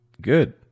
good